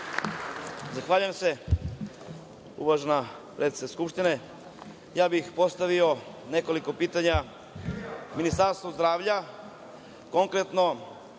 Zahvaljujem se. Uvažena predsednice Skupštine, ja bih postavio nekoliko pitanja Ministarstvu zdravlja, konkretno